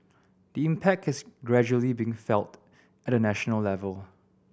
the impact is gradually being felt at the national level